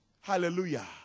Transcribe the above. Hallelujah